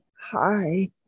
hi